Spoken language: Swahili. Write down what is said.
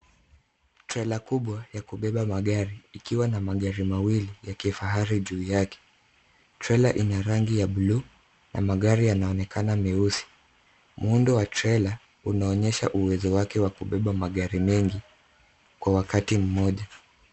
Trela kubwa ya kubeba magari ikiwa na magari mawili ya kifahari juu yake. Trela ina rangi ya buluu na magari yanaonekana meusi. Muundo wa trela unaonyesha uwezo wake wa kubeba magari mengi kwa wakati mmoja.